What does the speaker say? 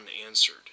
unanswered